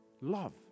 Love